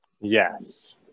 Yes